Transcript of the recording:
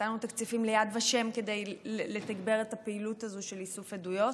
ונתנו תקציבים ליד ושם כדי לתגבר את הפעילות הזאת של איסוף עדויות,